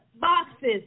boxes